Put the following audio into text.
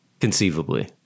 conceivably